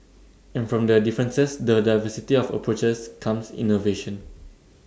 and from the differences the diversity of approaches comes innovation